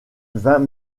vingt